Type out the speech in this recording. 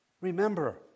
Remember